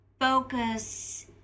focus